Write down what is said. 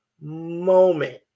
moment